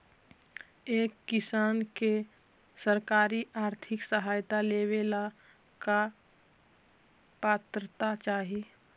एक किसान के सरकारी आर्थिक सहायता लेवेला का पात्रता चाही?